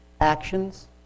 actions